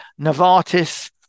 Novartis